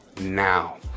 now